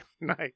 Nice